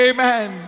Amen